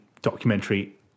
documentary